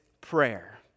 prayer